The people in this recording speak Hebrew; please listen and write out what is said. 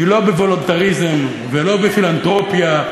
היא לא בוולונטריזם ולא בפילנתרופיה.